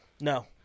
No